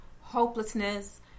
hopelessness